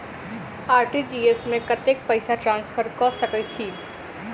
RTGS मे कतेक पैसा ट्रान्सफर कऽ सकैत छी?